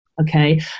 Okay